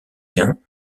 quint